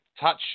touch